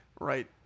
Right